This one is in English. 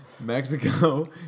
Mexico